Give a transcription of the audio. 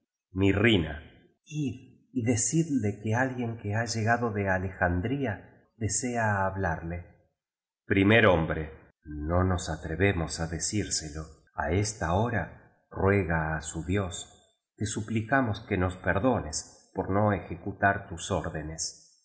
mirrina id y decidle que alguien que ha llegado de ale jandría desea hablarle primer hombre no nos atrevemos á decírselo a esta hora ruega á su dios te suplicamos que nos perdones por no ejecu tar tus órdenes